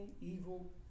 evil